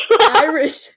Irish